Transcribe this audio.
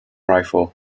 rifle